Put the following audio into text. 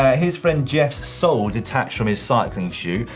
ah his friend jeff's soul detached from his cycling shoe.